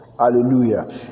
Hallelujah